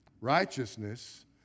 Righteousness